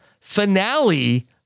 finale